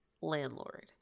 Landlord